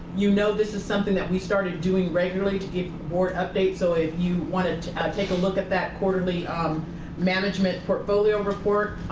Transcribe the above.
you know this is something that we started doing regularly to give the board updates. so if you wanted to take a look at that quarterly um management portfolio report,